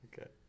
Okay